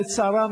לצערה,